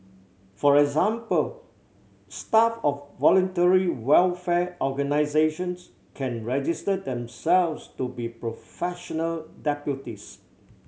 for example staff of voluntary welfare organisations can register themselves to be professional deputies